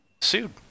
sued